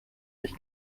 mich